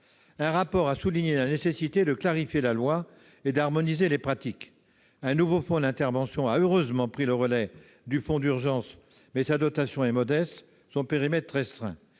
Un rapport a souligné la nécessité de clarifier la loi et d'harmoniser les pratiques. Un nouveau fonds d'intervention a heureusement pris le relais du fonds d'urgence, mais sa dotation est modeste et son périmètre restreint.